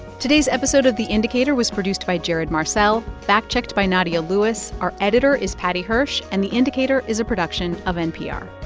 today's episode of the indicator was produced by jared marcelle, fact-checked by nadia lewis. our editor is paddy hirsch. and the indicator is a production of npr